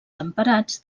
temperats